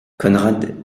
conrad